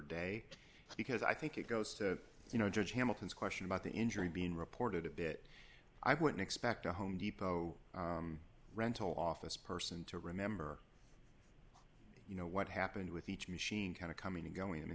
day because i think it goes to you know george hamilton's question about the injury being reported a bit i wouldn't expect a home depot rental office person to remember you know what happened with each machine kind of coming and going i mean